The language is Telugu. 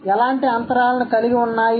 కాబట్టి ఎలాంటి అంతరాలను కలిగి ఉన్నాయి